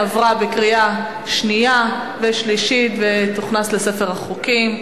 עברה בקריאה שנייה ושלישית ותוכנס לספר החוקים.